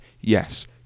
yes